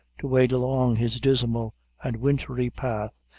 to wade along his dismal and wintry path,